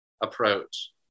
approach